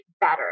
better